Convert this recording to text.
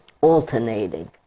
alternating